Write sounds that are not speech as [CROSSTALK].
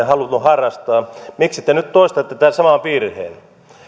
[UNINTELLIGIBLE] halunnut harrastaa miksi te nyt toistatte tämän saman virheen